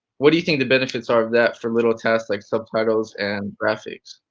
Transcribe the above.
what do you think the benefits are of that for little tests like subtitles and graphics?